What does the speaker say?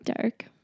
Dark